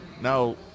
now